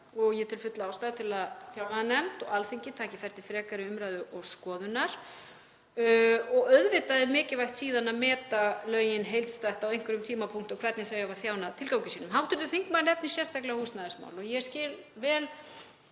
og ég tel fulla ástæðu til að fjárlaganefnd og Alþingi taki þær til frekari umræðu og skoðunar. Auðvitað er mikilvægt síðan að meta lögin heildstætt á einhverjum tímapunkti og hvernig þau hafa þjónað tilgangi sínum. Hv. þingmaður nefnir sérstaklega húsnæðismálin og ég skil vel